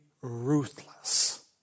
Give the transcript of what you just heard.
ruthless